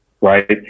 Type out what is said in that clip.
right